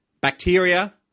Bacteria